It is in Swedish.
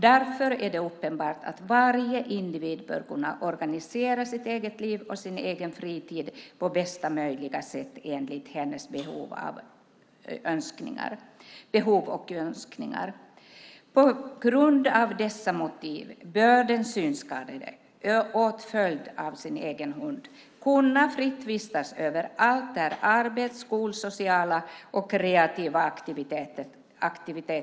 Därför är det uppenbart att varje individ bör kunna organisera sitt eget liv och sin egen fritid på bästa möjliga sätt enligt sina behov och önskningar. På grund av dessa motiv bör den synskadade åtföljd av sin egen hund fritt kunna vistas överallt där arbets och skolaktiviteter samt sociala och kreativa aktiviteter försiggår.